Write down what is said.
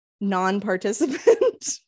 non-participant